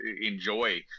enjoy